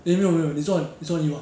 eh 没有没有你赚一万